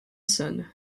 son